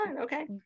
Okay